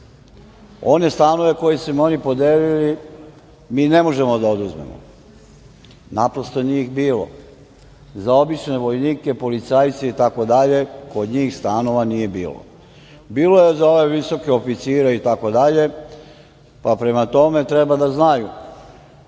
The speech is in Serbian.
One stanove koje su im oni podelili mi ne možemo da oduzmemo, naprosto nije ih bilo. Za obične vojnike, policajce itd. kod njih stanova nije bilo. Bilo je za ove visoke oficire itd. pa prema tome treba da znaju